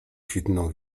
kwitną